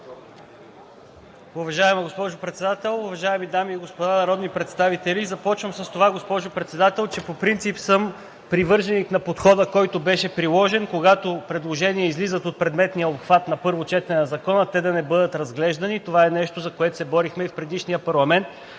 Уважаема госпожо Председател, уважаеми дами и господа народни представители! Започвам с това, госпожо Председател, че по принцип съм привърженик на подхода, който беше приложен, когато предложения излизат от предметния обхват на първо четене на Закона, те да не бъдат разглеждани. Това е нещо, за което се борихме и в предишния парламент